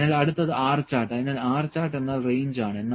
അതിനാൽ അടുത്തത് R chart അതിനാൽ R ചാർട്ട് എന്നാൽ റേഞ്ച് ആണ്